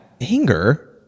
Anger